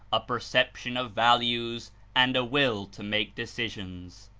a perception of values and a will to make decisions.